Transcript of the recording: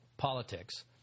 Politics